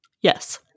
Yes